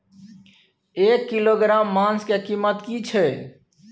एक किलोग्राम मांस के कीमत की छै?